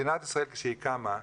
מדינת ישראל, כשהיא קמה,